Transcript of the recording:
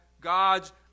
God's